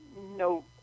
no